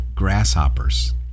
grasshoppers